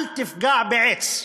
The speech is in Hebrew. אל תפגע בעץ,